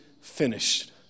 finished